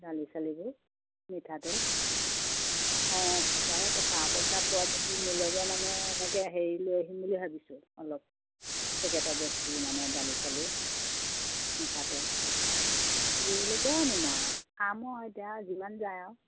দালি চালিবোৰ মিঠাতেল অঁ পইচা হে কথা আৰু পইচা পুৰা যদি মিলেগে মানে এনেকে হেৰি লৈ আহিম বুলি ভাবিছোঁ অলপ পেকেটৰ বস্তু মানে দালি চালি মিঠাতেল আনিম আৰু খাম এতিয়া যিমান যায় আৰু